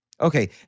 Okay